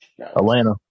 Atlanta